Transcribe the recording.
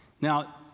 Now